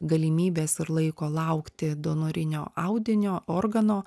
galimybės ir laiko laukti donorinio audinio organo